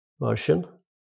version